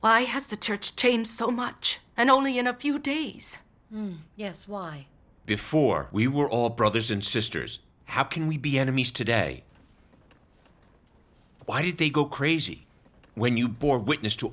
why has the church changed so much and only in a few days yes why before we were all brothers and sisters how can we be enemies today why did they go crazy when you bore witness to